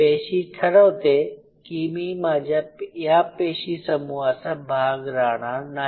पेशी ठरवते की मी माझ्या या पेशी समूहाचा भाग राहणार नाही